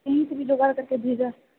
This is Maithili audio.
कही से भी जोगाड़ करिके भेजऽ